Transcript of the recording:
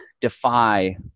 defy